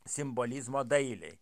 simbolizmo dailei